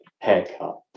haircut